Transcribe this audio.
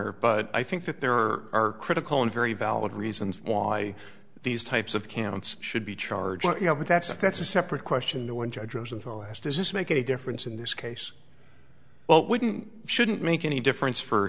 honor but i think that there are critical and very valid reasons why these types of counts should be charged but that's a that's a separate question the one judge rosenthal asked does this make any difference in this case well wouldn't shouldn't make any difference for